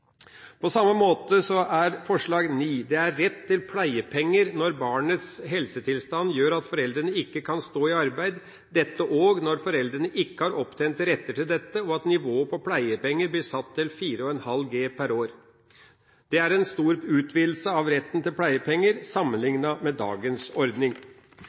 Forslag nr. 9 gjelder rett til pleiepenger når barnets helsetilstand gjør at foreldrene ikke kan stå i arbeid – dette også når foreldrene ikke har opptjent rettigheter til dette – og nivået på pleiepenger bør settes til 4,5 G per år. Dette er en stor utvidelse av retten til pleiepenger sammenlignet med dagens ordning.